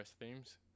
themes